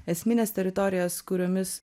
esmines teritorijas kuriomis